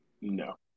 No